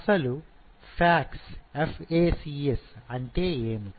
అసలు FACS అంటే ఏమిటి